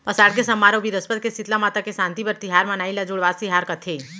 असाड़ के सम्मार अउ बिरस्पत के सीतला माता के सांति बर तिहार मनाई ल जुड़वास तिहार कथें